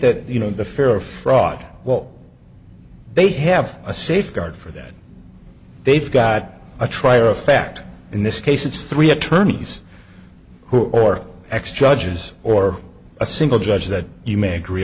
that you know the fear of fraud what they have a safeguard for that they've got a trier of fact in this case it's three attorneys who or ex judges or a single judge that you may agree